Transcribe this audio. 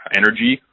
energy